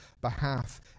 behalf